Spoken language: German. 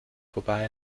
vorbei